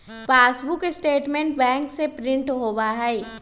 passbook statement bank से print होबा हई